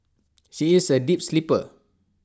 she is A deep sleeper